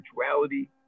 spirituality